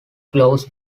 gloves